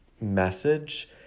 message